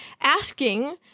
asking